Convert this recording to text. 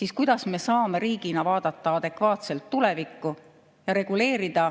siis kuidas me saame riigina vaadata adekvaatselt tulevikku ja reguleerida